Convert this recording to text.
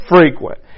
frequent